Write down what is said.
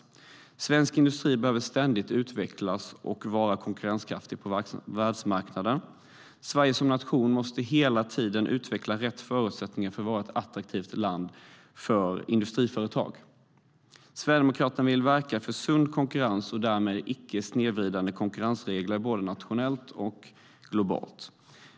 Svensk industri behöver ständigt utvecklas för att vara konkurrenskraftig på världsmarknaden. Sverige som nation måste hela tiden utveckla rätt förutsättningar för att vara ett attraktivt land för industriföretag. Sverigedemokraterna vill verka för sund konkurrens och därmed icke snedvridande konkurrensregler, både nationellt och globalt.